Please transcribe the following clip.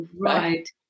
right